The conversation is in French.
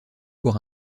pour